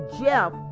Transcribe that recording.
Jeff